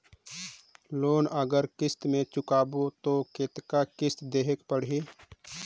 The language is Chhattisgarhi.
लोन अगर किस्त म चुकाबो तो कतेक किस्त देहेक पढ़ही?